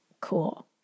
cool